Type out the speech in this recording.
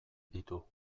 ditu